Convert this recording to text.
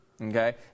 Okay